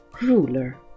Ruler